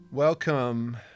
Welcome